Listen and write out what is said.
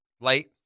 Late